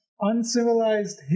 Uncivilized